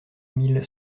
mille